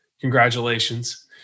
Congratulations